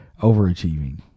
overachieving